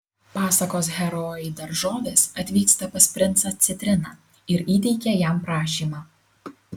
pasakos herojai daržovės atvyksta pas princą citriną ir įteikia jam prašymą